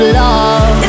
love